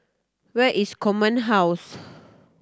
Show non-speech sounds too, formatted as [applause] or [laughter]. where is Command House [noise]